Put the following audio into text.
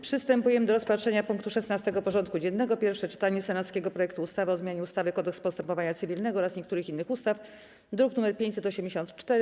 Przystępujemy do rozpatrzenia punktu 16. porządku dziennego: Pierwsze czytanie senackiego projektu ustawy o zmianie ustawy - Kodeks postępowania cywilnego oraz niektórych innych ustaw (druk nr 584)